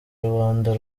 rubanda